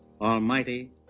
almighty